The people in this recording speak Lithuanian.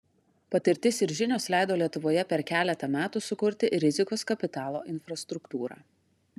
patirtis ir žinios leido lietuvoje per keletą metų sukurti rizikos kapitalo infrastruktūrą